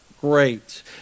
great